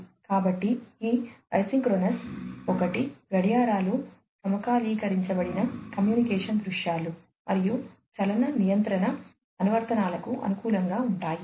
కాబట్టి ఈ ఐసోక్రోనస్ ఒకటి గడియారాలు సమకాలీకరించబడిన కమ్యూనికేషన్ దృశ్యాలు గడియారాలు సమకాలీకరించబడిన కమ్యూనికేషన్ దృశ్యాలు మరియు చలన నియంత్రణ అనువర్తనాలకు అనుకూలంగా ఉంటాయి